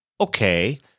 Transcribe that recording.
Okay